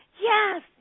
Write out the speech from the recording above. Yes